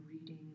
reading